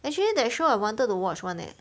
actually that show I wanted to watch [one] leh